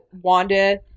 Wanda